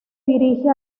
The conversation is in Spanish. dirige